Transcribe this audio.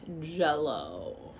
jello